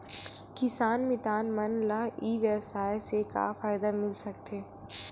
किसान मितान मन ला ई व्यवसाय से का फ़ायदा मिल सकथे?